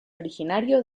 originario